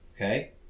Okay